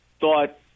thought